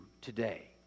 today